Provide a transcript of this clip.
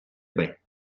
bains